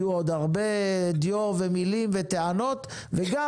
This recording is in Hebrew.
יהיה עוד הרבה דיו ומילים וטענות וגם